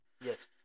Yes